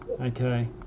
Okay